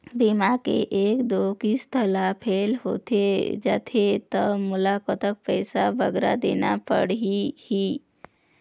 बीमा के एक दो किस्त हा फेल होथे जा थे ता मोला कतक पैसा बगरा देना पड़ही ही?